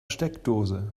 steckdose